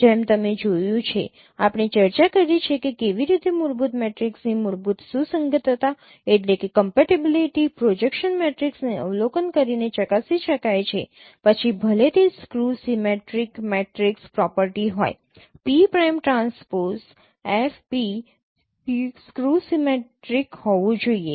જેમ તમે જોયું છે આપણે ચર્ચા કરી છે કે કેવી રીતે મૂળભૂત મેટ્રિક્સની મૂળભૂત સુસંગતતા પ્રોજેક્શનલ મેટ્રિક્સને અવલોકન કરીને ચકાસી શકાય છે પછી ભલે તે સ્ક્યૂ સિમેટ્રિક મેટ્રિક્સ પ્રોપર્ટી હોય P prime transpose F P skew symmetric હોવું જોઈએ